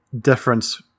difference